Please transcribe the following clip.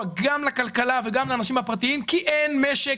גם לכלכלה וגם לאנשי הפרטיים כי אין משק,